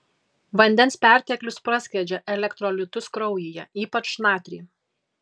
vandens perteklius praskiedžia elektrolitus kraujyje ypač natrį